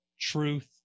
truth